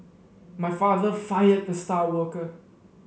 my father fired the star worker